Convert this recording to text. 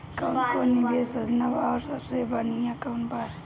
कवन कवन निवेस योजना बा और सबसे बनिहा कवन बा?